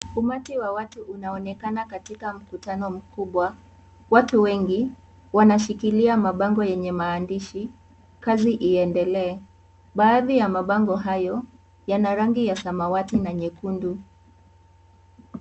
Umati wa watu unaonekana katika mkutano mkubwa. Watu wengi wanashikilia mabango yenye maandishi kazi iendelee. Baadhi ya mabango hayo yana rangi ya samawati na nyekundu.